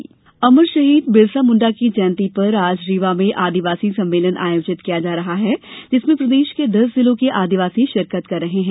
अमर शहीद बिरसा जयंती अमर शहीद बिरसा मुंडा की जयंती पर आज रीवा में आदिवासी सम्मेलन आयोजित किया जा रहा है जिसमें प्रदेश के दस जिलों के आदिवासी शिरकत कर रहे हैं